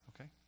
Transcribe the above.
Okay